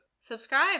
subscribe